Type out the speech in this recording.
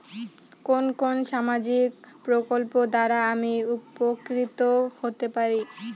কোন কোন সামাজিক প্রকল্প দ্বারা আমি উপকৃত হতে পারি?